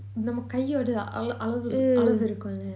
நம்ம காஇஓட ஆழ அளவுக்கு இருக்கும்ல:namma kaaiooda aala aalavuku irukumla